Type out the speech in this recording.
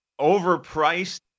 Overpriced